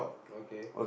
okay